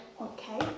Okay